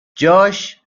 جاش